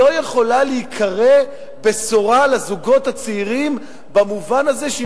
לא יכולה להיקרא "בשורה לזוגות הצעירים" במובן הזה שהיא